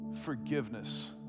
forgiveness